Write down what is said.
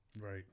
Right